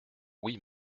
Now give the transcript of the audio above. oui